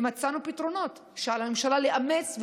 ומצאנו פתרונות שעל הממשלה לאמץ,